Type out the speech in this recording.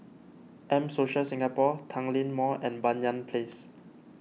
M Social Singapore Tanglin Mall and Banyan Place